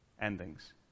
endings